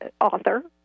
Author